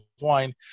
wine